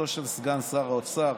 זיקתו של סגן שר האוצר